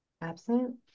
Absent